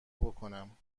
بکنم